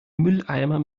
mülleimer